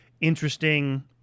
interesting